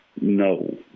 no